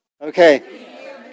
Okay